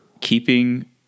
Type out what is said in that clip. keeping